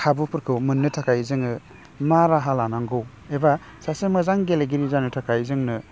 खाबुफोरखौ मोन्नो थाखाय जोङो मा राहा लानांगौ एबा सासे मोजां गेलेगिरि जानो थाखाय जोंनो